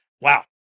wow